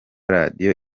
radio